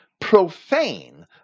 profane